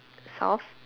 solved